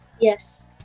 Yes